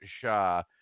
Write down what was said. Shah